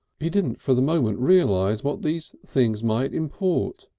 he didn't for the moment realise what these things might import.